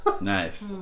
Nice